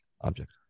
Object